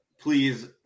Please